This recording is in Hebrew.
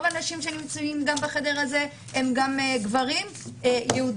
האנשים שנמצאים גם בחדר הזה הם גם גברים יהודים,